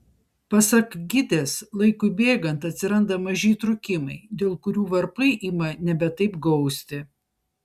pasak gidės laikui bėgant atsiranda maži įtrūkimai dėl kurių varpai ima nebe taip gausti